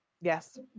yes